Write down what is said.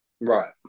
Right